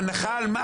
הנחה על מה?